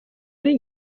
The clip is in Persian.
این